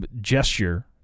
gesture